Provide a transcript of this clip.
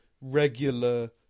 regular